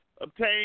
obtain